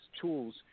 tools